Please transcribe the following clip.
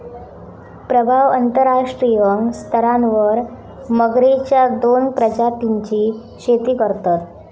प्रभाव अंतरराष्ट्रीय स्तरावर मगरेच्या दोन प्रजातींची शेती करतत